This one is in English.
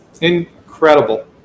Incredible